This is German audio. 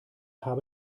habe